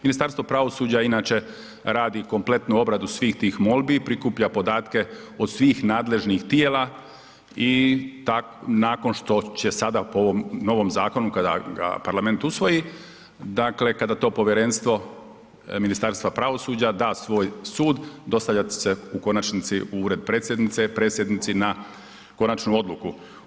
Ministarstvo pravosuđa inače radi kompletnu obradu svih tih molbi i prikuplja podatke od svih nadležnih tijela i nakon što će sada po ovom novom zakonu kada ga Parlament usvoji, dakle kada to povjerenstvo Ministarstvo pravosuđa da svoj sud, dostavljat će se u konačnici u Ured Predsjednice Predsjednici na konačnu odluku.